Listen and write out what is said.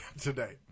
today